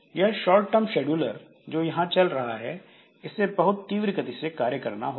यह short term scheduler जो यहां चल रहा है इसे बहुत तीव्र गति से कार्य करना होगा